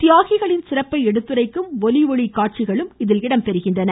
தியாகிகளின் சிறப்பை எடுத்துரைக்கும் ஒலி ஒளி காட்சிகளும் இதில் இடம்பெறும்